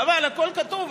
חבל, הכול כתוב.